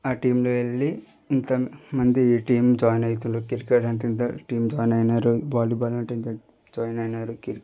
ఆ టీమ్లో వెళ్ళి ఇంకా మంది టీమ్ జాయిన్ అయితురు క్రికెట్ అంటే దట్ టీమ్ జాయిన్ అయినారు వాళ్ళు వాలీబాల్ జాయిన్ అయినారు క్రి